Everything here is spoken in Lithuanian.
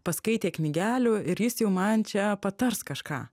paskaitė knygelių ir jis jau man čia patars kažką